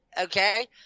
Okay